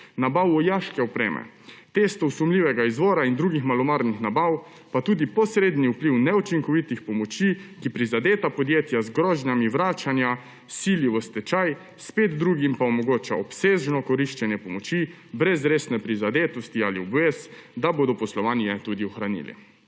nabav vojaške opreme, testov sumljivega izvora in drugih malomarnih nabav, pa tudi posredni vpliv neučinkovitih pomoči, ki prizadeta podjetja z grožnjami vračanja sili v stečaj, spet drugim pa omogoča obsežno koriščenje pomoči brez resne prizadetosti ali obvez, da bodo poslovanje tudi ohranili.